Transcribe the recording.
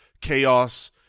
chaos